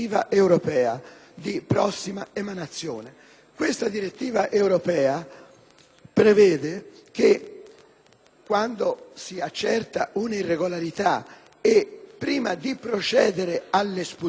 quando si accerta una irregolarità e prima di procedere all'espulsione si debbono esperire vari tentativi.